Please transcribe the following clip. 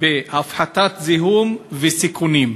בהפחתת זיהום וסיכונים.